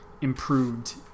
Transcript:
improved